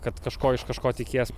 kad kažko iš kažko tikies